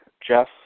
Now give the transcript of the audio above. Jeff